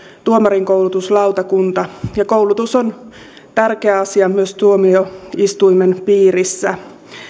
tuomarinkoulutuslautakunta ja koulutus on tärkeä asia myös tuomioistuimen piirissä